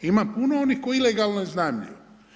Ima puno onih koji ilegalno iznajmljuju.